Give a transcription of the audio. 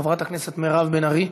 חברת הכנסת מירב בן ארי.